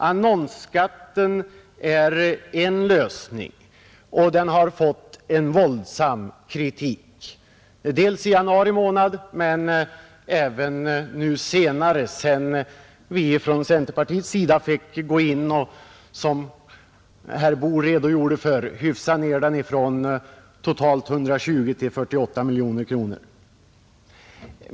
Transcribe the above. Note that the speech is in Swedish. Annonsskatten är en lösning, och den har fått en våldsam kritik, dels i januari månad, dels sedan vi från centerpartiet fått gå in och, som herr Boo redogjorde för, hyfsa ned skatten från totalt 120 till 48 miljoner kronor.